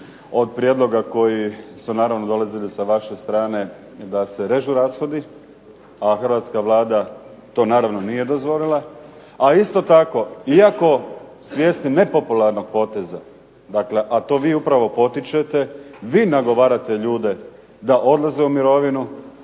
od prijedloga koji su naravno dolazili sa vaše strane da se režu rashodi, a hrvatska Vlada to nije dozvolila. A isto tako iako svjesni nepopularnog poteza, a to vi upravo potičete, vi nagovarate ljude da odlaze u mirovinu,